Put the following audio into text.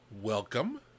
Welcome